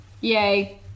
Yay